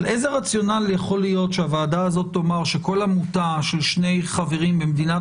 איזה רציונל יכול להיות שהוועדה הזאת תאמר שכל עמותה של שני חברים במדינת